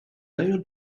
nail